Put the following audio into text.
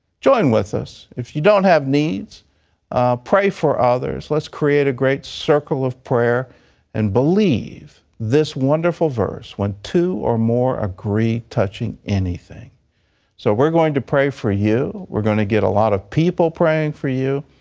join with us. if you don't have needs pray for others. let's create a great circle of prayer and believe this wonderful verse when two or more agree touching anything so we're going to pray for you, and we're going to get a lot of people praying for you,